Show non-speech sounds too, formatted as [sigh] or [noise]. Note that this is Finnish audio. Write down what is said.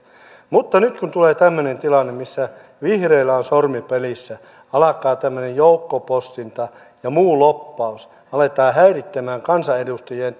mutta nyt kun tulee tämmöinen tilanne missä vihreillä on sormi pelissä alkaa tämmöinen joukkopostinta ja muu lobbaus aletaan häiritsemään kansanedustajien [unintelligible]